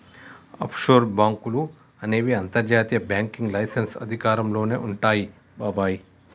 offshore బాంకులు అనేవి అంతర్జాతీయ బ్యాంకింగ్ లైసెన్స్ అధికారంలోనే వుంటాయి బాబాయ్